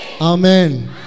Amen